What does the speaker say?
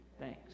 Thanks